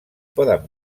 poden